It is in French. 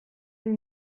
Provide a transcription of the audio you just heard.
des